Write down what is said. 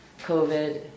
COVID